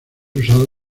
usado